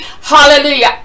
hallelujah